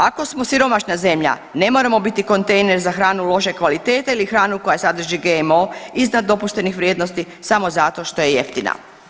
Ako smo siromašna zemlja ne moramo biti kontejner za hranu loše kvalitete ili hranu koja sadrži GMO iznad dopuštenih vrijednosti samo zato što je jeftina.